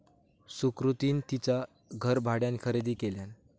सुकृतीन तिचा घर भाड्यान खरेदी केल्यान